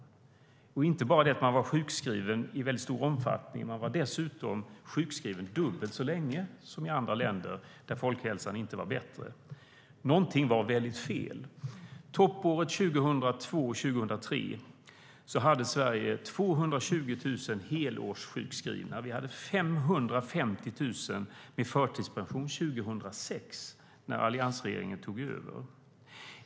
Det var inte bara det att man var sjukskriven i väldigt stor omfattning. Man var dessutom sjukskriven dubbelt så länge som i andra länder där folkhälsan inte var bättre. Någonting var väldigt fel.< 03 hade Sverige 220 000 helårssjukskrivna. Det var 550 000 med förtidspension 2006, när alliansregeringen tog över.